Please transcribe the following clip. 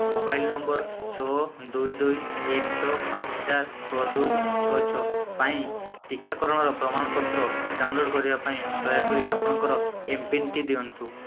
mobile number ଛଅ ଦୁଇ ଦୁଇ ଏକ ଛଅ ପାଞ୍ଚ ଚାରି ଛଅ ଦୁଇ ଛଅ ଛଅ ପାଇଁ ଟିକାକରଣର ପ୍ରମାଣପତ୍ର ଡାଉନଲୋଡ଼୍ କରିବା ପାଇଁ ଦୟାକରି ଆପଣଙ୍କର ଏମ୍ପିନ୍ଟି ଦିଅନ୍ତୁ